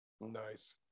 nice